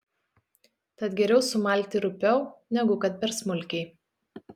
tad geriau sumalti rupiau negu kad per smulkiai